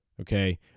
Okay